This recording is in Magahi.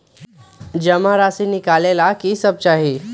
जमा राशि नकालेला कि सब चाहि?